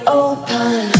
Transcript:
open